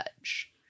judge